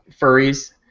furries